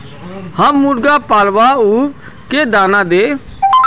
हम मुर्गा पालव तो उ के दाना देव?